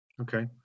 okay